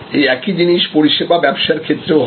এই একই জিনিস পরিষেবা ব্যবসার ক্ষেত্রেও হয়